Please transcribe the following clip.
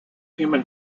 human